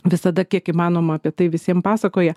visada kiek įmanoma apie tai visiem pasakoja